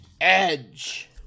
Edge